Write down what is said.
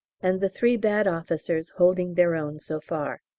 and the three bad officers holding their own so far.